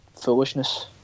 foolishness